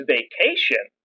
Vacation